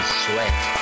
sweat